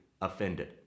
offended